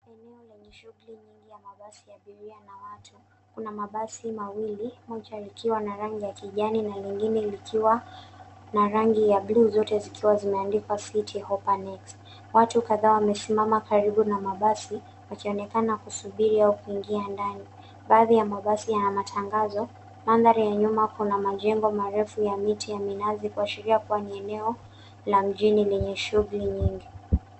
Eneo lenye shughuli nyingi ya mabasi ya abiria na watu. Kuna mabasi mawili, moja likiwa na rangi ya ijani na lingine likiwa na rangi ya buluu, zote zikiwa zimendikwa city hoppa . Watu kadhaa wamesimama karibu na mabasi wakionekana kusubiri au kuingia ndani. Baadhi ya mabasi yana matangazo. Maandhari ya nyuma kuna majengo marefu ya miti ya minazi kuashiria kuwa ni eneo la mjini lenye shughuli nyingi.